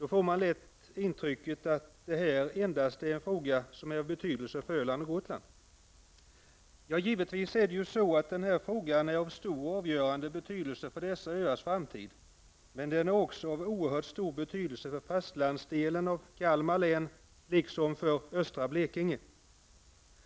-- får man lätt intrycket att det här en fråga som är av betydelse endast för Öland och Gotland. Givetvis är den här frågan av stor och avgörande betydelse för dessa öars framtid, men den är också av oerhörd stor betydelse för fastlandsdelen av Kalmar län liksom för östra Blekinge.